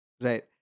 Right